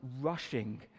rushing